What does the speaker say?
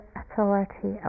authority